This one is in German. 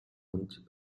und